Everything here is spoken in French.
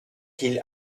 qu’il